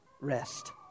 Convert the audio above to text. rest